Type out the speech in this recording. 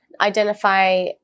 identify